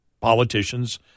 politicians